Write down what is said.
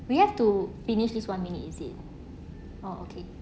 we have to finish this one minute is it oh okay